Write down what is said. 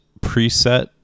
preset